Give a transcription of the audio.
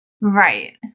Right